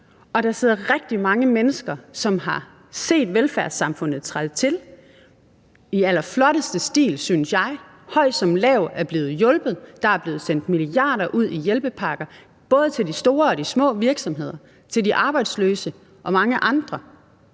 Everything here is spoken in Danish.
Og der sidder rigtig mange mennesker, som har set velfærdssamfundet træde til i allerflotteste stil, synes jeg. Høj som lav er blevet hjulpet. Der er blevet sendt milliarder ud i hjælpepakker både til de store og de små virksomheder, til de arbejdsløse og mange andre.